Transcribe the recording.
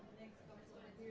next but slide